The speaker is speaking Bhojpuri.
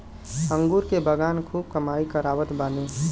अंगूर के बगान खूब कमाई करावत बाने